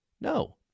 No